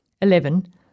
Eleven